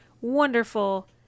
wonderful